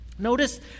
Notice